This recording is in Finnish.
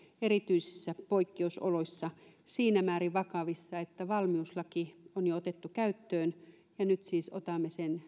erityisissä poikkeusoloissa siinä määrin vakavissa että valmiuslaki on jo otettu käyttöön ja nyt siis otamme sen